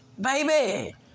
baby